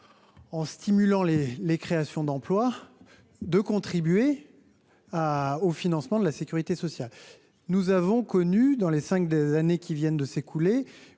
en stimulant les les créations d'emplois, de contribuer à au financement de la Sécurité sociale, nous avons connu dans les cinq des années qui viennent de s'écouler,